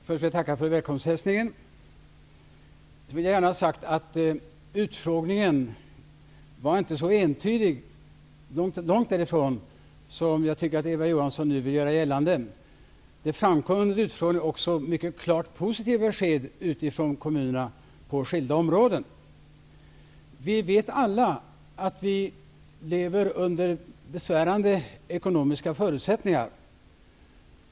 Herr talman! Först vill jag tacka för välkomsthälsningen. Utfrågningen var långt ifrån så entydig som Eva Johansson nu vill göra gällande. Det framkom vid utfrågningen också mycket klart positiva besked utifrån kommunerna på skilda områden. Vi vet alla att vi lever under besvärande ekonomiska förutsättningar.